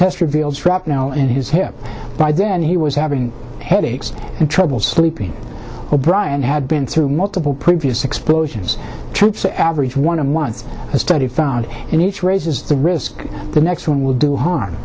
test revealed shrapnel in his hip by then he was having headaches and trouble sleeping o'brian had been through multiple previous explosions troops average one on one study found in which raises the risk the next one will do harm